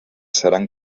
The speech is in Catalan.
seran